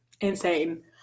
Insane